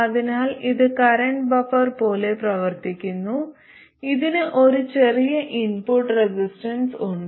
അതിനാൽ ഇത് current buffer പോലെ പ്രവർത്തിക്കുന്നു ഇതിന് ഒരു ചെറിയ ഇൻപുട്ട് റെസിസ്റ്റൻസുണ്ട്